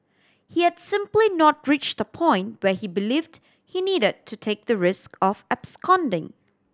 he had simply not reach the point where he believed he needed to take the risk of absconding